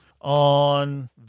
on